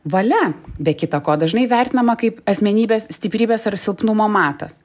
valia be kita ko dažnai vertinama kaip asmenybės stiprybės ar silpnumo matas